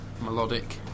melodic